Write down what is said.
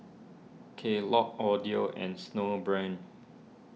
Kellogg's Audio and Snowbrand